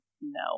no